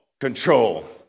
control